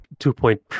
two-point